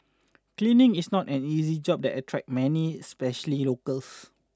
cleaning is not an easy job that attract many especially locals